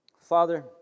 Father